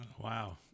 Wow